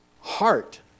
heart